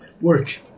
work